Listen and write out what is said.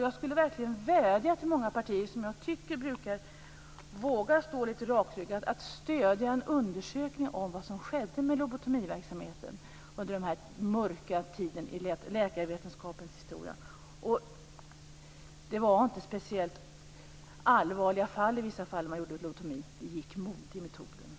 Jag skulle verkligen vilja vädja till många partier som jag tycker brukar våga stå litet rakryggat att stödja en undersökning om vad som skedde med lobotomiverksamheten under den här mörka tiden i läkarvetenskapens historia. Det var inte speciellt allvarliga fall alla gånger då man gjorde lobotomi. Det gick mode i metoden.